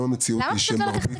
המציאות היום היא שמרבית --- למה